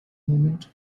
moment